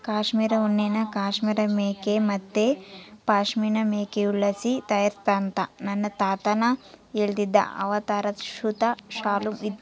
ಕಾಶ್ಮೀರ್ ಉಣ್ಣೆನ ಕಾಶ್ಮೀರ್ ಮೇಕೆ ಮತ್ತೆ ಪಶ್ಮಿನಾ ಮೇಕೆಗುಳ್ಳಾಸಿ ತಯಾರಿಸ್ತಾರಂತ ನನ್ನ ತಾತ ಹೇಳ್ತಿದ್ದ ಅವರತಾಕ ಸುತ ಶಾಲು ಇತ್ತು